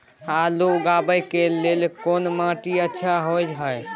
आलू उगाबै के लेल कोन माटी अच्छा होय है?